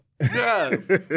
Yes